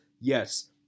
Yes